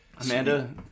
Amanda